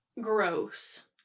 gross